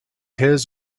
his